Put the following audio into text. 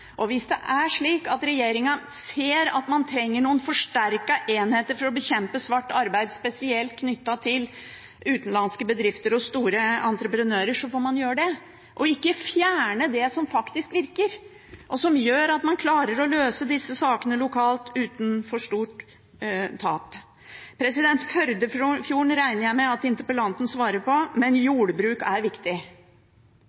og hvis det er slik at regjeringen ser at man trenger noen forsterkete enheter for å bekjempe svart arbeid, spesielt knyttet til utenlandske bedrifter og store entreprenører, får man gjøre det – og ikke fjerne det som faktisk virker, og som gjør at man klarer å løse disse sakene lokalt uten for stort tap. Når det gjelder Førdefjorden, regner jeg med at interpellanten svarer på det, men jordbruk er viktig.